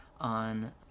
on